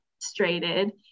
frustrated